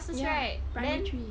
ya primary three